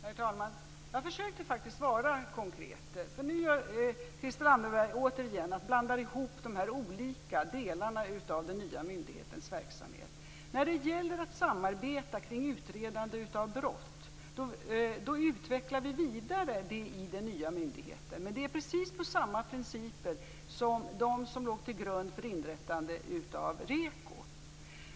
Herr talman! Jag försökte faktiskt svara konkret. Nu blandar Christel Anderberg återigen ihop de olika delarna av den nya myndighetens verksamhet. När det gäller att samarbeta kring utredande av brott vidareutvecklar vi detta i den nya myndigheten. Men det är precis i enlighet med samma principer som låg till grund för inrättandet av REKO.